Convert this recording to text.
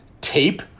tape